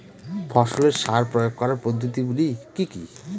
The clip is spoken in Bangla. ফসলে সার প্রয়োগ করার পদ্ধতি গুলি কি কী?